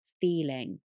feeling